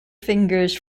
fingers